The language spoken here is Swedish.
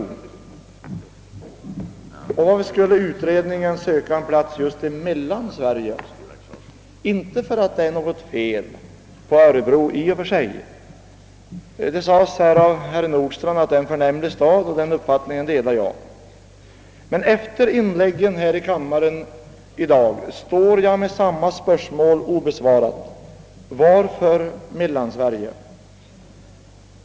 Och varför skulle utredningen söka en plats just i Mellansverige? Jag säger det inte för att det är något fel på Örebro i och för sig. Herr Nordstrandh sade att det är en förnämlig stad, och den uppfattningen delar jag. Men efter inläggen här i kammaren i dag står jag med samma spörsmål obesvarat: Varför Mellansverige?